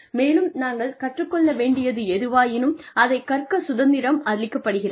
மேலும் நாங்கள் கற்றுக் கொள்ள வேண்டியது எதுவாயினும் அதைக் கற்கச் சுதந்திரம் அளிக்கப்படுகிறது